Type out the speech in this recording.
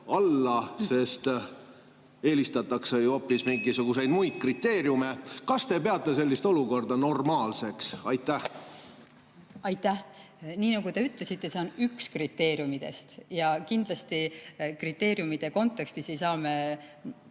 sest eelistatakse ju hoopis mingisuguseid muid kriteeriume. Kas te peate sellist olukorda normaalseks? Aitäh! Nii nagu te ütlesite, see on üks kriteeriumidest, ja kindlasti kriteeriumide kontekstis ei saa me